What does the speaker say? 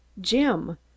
jim